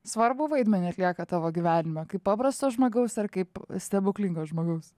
svarbų vaidmenį atlieka tavo gyvenime kaip paprasto žmogaus ar kaip stebuklingo žmogaus